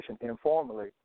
informally